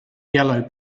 yellow